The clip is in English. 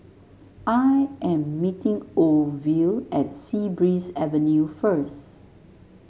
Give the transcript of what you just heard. I am meeting Orvil at Sea Breeze Avenue first